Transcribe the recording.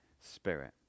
Spirit